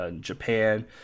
Japan